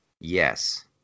Yes